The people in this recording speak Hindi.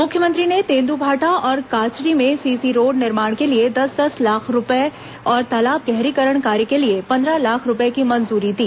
मुख्यमंत्री ने तेंद्भाठा और काचरी में सीसी रोड निर्माण के लिए दस दस लाख रूपये और तालाब गहरीकरण कार्य के लिए पंद्रह लाख रूपये की मंजूरी दी